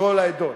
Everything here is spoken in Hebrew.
מכל העדות.